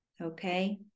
okay